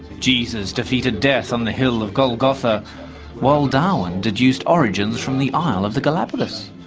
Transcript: jesus defeated death on the hill of golgotha while darwin deduced origins from the isle of the galapagos.